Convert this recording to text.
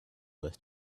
with